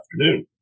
afternoon